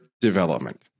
development